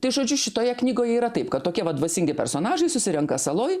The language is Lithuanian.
tai žodžiu šitoje knygoje yra taip kad tokie vat dvasingai personažai susirenka saloj